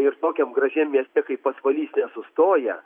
ir tokiam gražiam mieste kaip pasvalys nesustoja